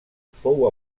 fou